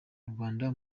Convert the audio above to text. rwanda